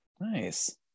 Nice